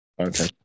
Okay